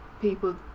people